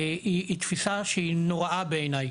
היא תפיסה שהיא נוראה בעיניי,